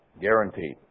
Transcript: Guaranteed